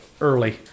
early